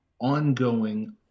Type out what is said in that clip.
ongoing